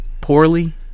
poorly